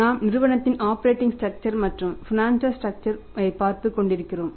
நாம் நிறுவனத்தின் operating structure ஐ பார்த்துக் கொண்டிருக்கிறோம்